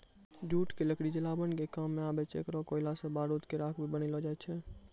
jute के लकड़ी जलावन के काम मॅ आवै छै, एकरो कोयला सॅ बारूद के राख भी बनैलो जाय छै